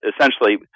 essentially